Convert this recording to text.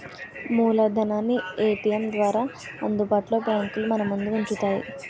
మూలధనాన్ని ఏటీఎం ద్వారా అందుబాటులో బ్యాంకులు మనముందు ఉంచుతాయి